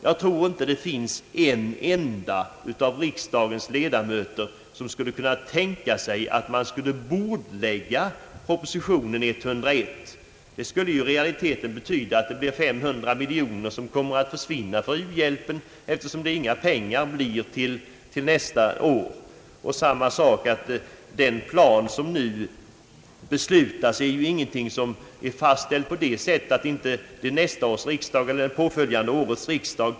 Jag tror inte att det finns någon enda av riksdagens ledamöter som skulle kunna tänka sig att propostion nr 101 skulle bordläggas. Det skulle ju i realiteten betyda att 500 miljoner kronor till uhjälpen kommer att försvinna, eftersom inga pengar i så fall anvisas till nästa år. Vidare är ju den plan, som nu beslutas, ingalunda fastställd på det sättet, att den inte kan ändras under nästa års riksdag eller påföljande års riksdag.